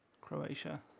croatia